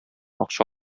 акча